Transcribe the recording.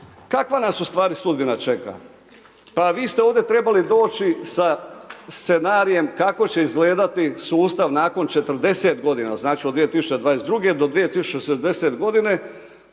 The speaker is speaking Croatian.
Kakva nas ustvari sudbina čeka? Pa vi ste ovdje trebali doći sa scenarijem kako se će zgledati sustav nakon 40 g., znači od 2022. do 2062.